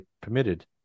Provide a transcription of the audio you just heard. permitted